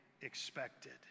expected